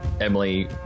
Emily